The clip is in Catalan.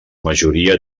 majoria